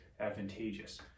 advantageous